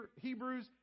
Hebrews